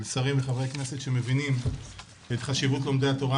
של שרים וחברי כנסת שמבינים את חשיבות את לומדי התורה.